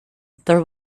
there